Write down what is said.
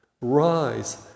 Rise